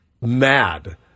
mad